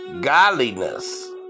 godliness